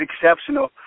exceptional